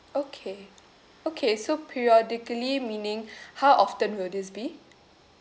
okay okay so periodically meaning how often will this be